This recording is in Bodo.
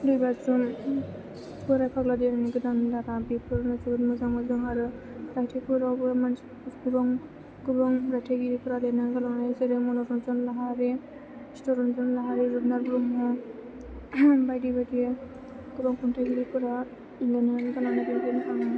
दै बाज्रुम बोराइ फाग्ला दियानि गोदान दारा बेफोरनो जोबोद मोजां मोजां आरो रायथाइफोरावबो गोबां रायथाइगिरिफोरा लिरनानै गालांनाय जेरै मन'रन्जन लाहारी सितरन्जन लाहारी रुपनाथ ब्रह्म बायदि बायदि गोबां खन्थाइगिरिफोरा लिरनानै गालांनाय बायदियानो आङो